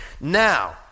Now